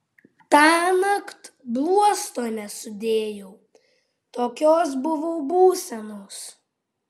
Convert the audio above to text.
tąnakt bluosto nesudėjau tokios buvau būsenos